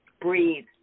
Breathe